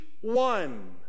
one